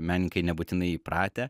menkai nebūtinai įpratę